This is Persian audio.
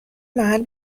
محل